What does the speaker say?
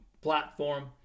platform